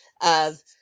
of-